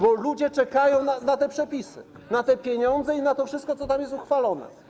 Bo ludzie czekają na te przepisy, na te pieniądze i na to wszystko, co tam jest uchwalone.